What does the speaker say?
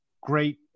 Great